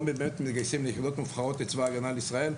מתגייסים ליחידות מובחרות בצבא ההגנה לישראל,